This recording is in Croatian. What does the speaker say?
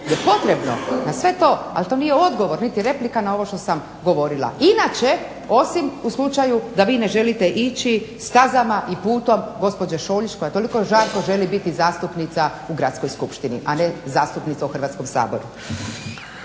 je potrebno, na sve to. Ali to nije odgovor niti replika na ovo što sam govorila, inače osim u slučaju da vi ne želite ići stazama i putom gospođe Šoljić koja toliko žarko želi biti zastupnica u Gradskoj skupštini, a ne zastupnica u Hrvatskom saboru.